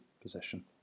position